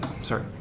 sorry